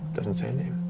does it say a name?